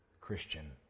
Christian